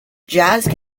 jazz